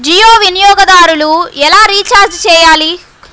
జియో వినియోగదారులు ఎలా రీఛార్జ్ చేయాలి?